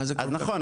נכון.